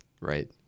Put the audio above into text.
right